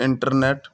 internet